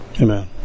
amen